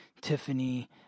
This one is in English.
Tiffany